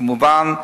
כמובן,